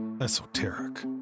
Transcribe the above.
Esoteric